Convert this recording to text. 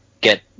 Get